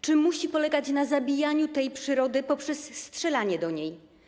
Czy musi polegać na zabijaniu tej przyrody poprzez strzelanie do niej?